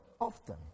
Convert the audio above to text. often